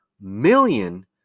million